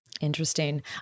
Interesting